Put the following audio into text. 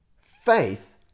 faith